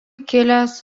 kilęs